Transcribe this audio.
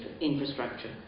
infrastructure